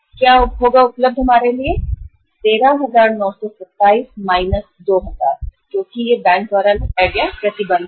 क्या होगा हमारे लिए उपलब्ध है कि 13927 2000 है क्योंकि यह बैंक द्वारा लगाया गया प्रतिबंध है